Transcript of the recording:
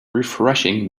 refreshing